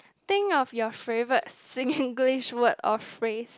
think of your favourite Singlish word or phrase